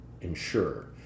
ensure